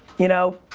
you know?